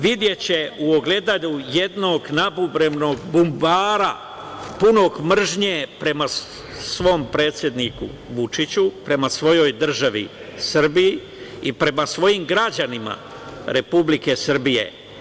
Videće u ogledalu jednog nabubrelog bumbara, punog mržnje prema svom predsedniku Vučiću, prema svojoj državi Srbiji i prema svojim građanima Republike Srbije.